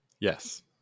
Yes